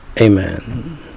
Amen